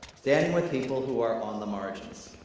standing with people who are on the margins.